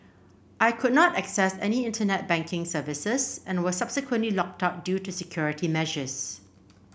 I could not access any Internet banking services and was subsequently locked out due to security measures